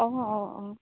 অঁ অঁ অঁ